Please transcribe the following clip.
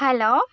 hello